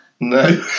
No